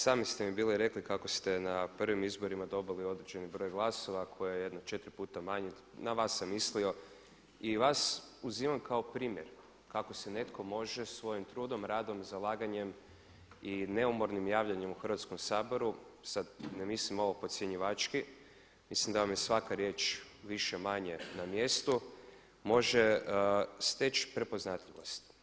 Sami ste mi bili rekli kako ste na prvim izborima dobili određeni broj glasova koji je jedno četiri puta manji, na vas sam mislio, i vas uzimam kao primjer kako se netko može svojim trudom, radom i zalaganjem i neumornim javljanjem u Hrvatskom saboru, sad ne mislim ovo podcjenjivački, mislim da vam je svaka riječ više-manje na mjestu može steći prepoznatljivost.